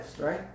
right